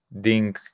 Ding